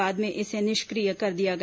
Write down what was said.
बाद में इसे निष्क्रिय कर दिया गया